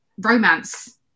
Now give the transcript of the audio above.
romance